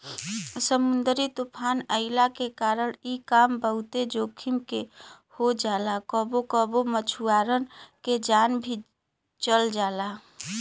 समुंदरी तूफ़ान अइला के कारण इ काम बहुते जोखिम के हो जाला कबो कबो मछुआरन के जान भी चल जाला